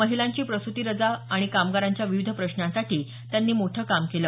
महिलांची प्रस्ती रजा आणि कामगारांच्या विविध प्रश्नांसाठी त्यांनी मोठं काम केलं